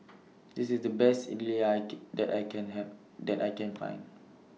This IS The Best Idly that I Can that I Can Hand that I Can Find